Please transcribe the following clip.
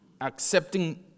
accepting